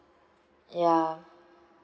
ya